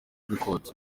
records